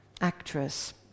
actress